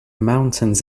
mountains